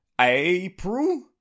April